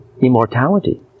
immortality